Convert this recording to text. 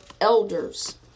elders